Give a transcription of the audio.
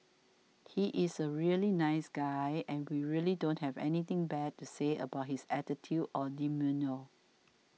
he is a really nice guy and we really don't have anything bad to say about his attitude or demeanour